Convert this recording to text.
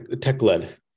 Tech-led